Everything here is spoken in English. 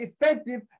effective